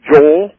Joel